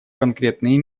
конкретные